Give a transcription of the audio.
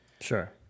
Sure